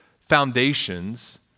foundations